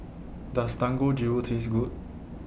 Does Dangojiru Taste Good